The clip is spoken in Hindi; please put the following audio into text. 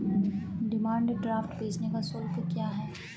डिमांड ड्राफ्ट भेजने का शुल्क क्या है?